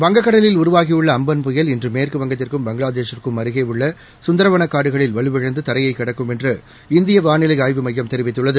வங்கக்கடலில் உருவாகியுள்ள அம்பன் புயல் இன்று மேற்குவங்கத்திற்கும் பங்களாதேஷிற்கும் அருகே உள்ள சுந்தரவனக் காடுகளில் வலுவிழந்து தரையைக் கடக்கும் என்று இந்திய வானிலை ஆய்வு மையம் தெரிவித்துள்ளது